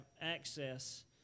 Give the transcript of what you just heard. access